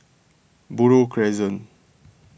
Buroh Crescent